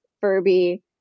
Furby